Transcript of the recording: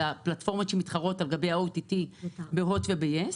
לפלטפורמות שמתחרות על גבי ה-OTT ב-הוט וב-יס,